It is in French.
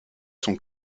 son